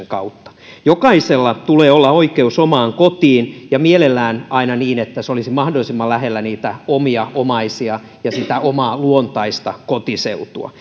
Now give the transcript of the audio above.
kautta jokaisella tulee olla oikeus omaan kotiin ja mielellään aina niin että se olisi mahdollisimman lähellä niitä omia omaisia ja sitä omaa luontaista kotiseutua